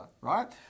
right